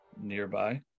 Nearby